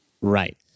Right